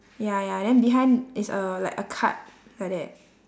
ya ya then behind is like a like a cart like that